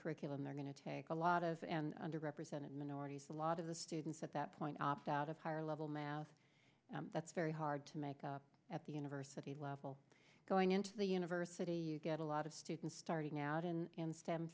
curriculum they're going to take a lot of and under represented minorities a lot of the students at that point opt out of higher level math that's very hard to make up at the university level going into the university you get a lot of students starting out in in ste